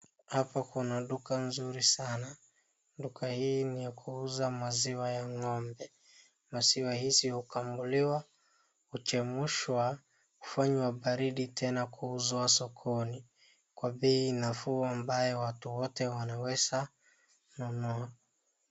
Hapa kuna duka nzuri sana. Duka hii ni ya kuuza maziwa ya ng'ombe. Maziwa hizi hukamuliwa, kuchemshwa, hufanywa baridi tena kuuzwa sokoni kwa bei nafuu ambayo watu wote wanaweza nunua.